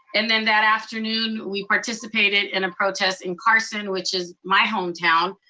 and then that afternoon, we participated in a protest in carson, which is my hometown.